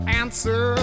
answer